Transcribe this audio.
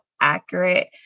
accurate